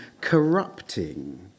corrupting